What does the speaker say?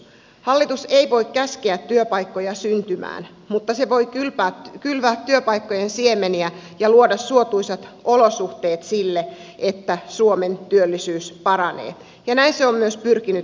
hallitus ei voi käskeä työpaikkoja syntymään mutta se voi kylvää työpaikkojen siemeniä ja luoda suotuisat olosuhteet sille että suomen työllisyys paranee ja näin se on myös pyrkinyt tekemään